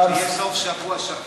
שיהיה סוף-שבוע שקט.